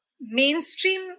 mainstream